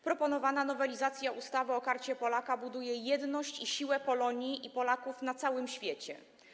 Proponowana nowelizacja ustawy o Karcie Polaka buduje jedność i siłę Polonii i Polaków na całym świecie.